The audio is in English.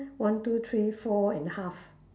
one two three four and half